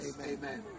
Amen